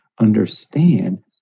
understand